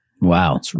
Wow